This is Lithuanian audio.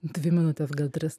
dvi minutes gal tris